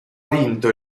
vinto